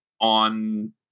on